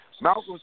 Malcolm